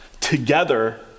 together